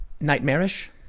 Nightmarish